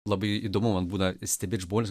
labai įdomu kad būdą stebėti žmones